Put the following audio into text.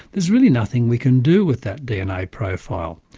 there's really nothing we can do with that dna profile.